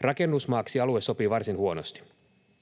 Rakennusmaaksi alue sopii varsin huonosti.